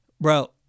bro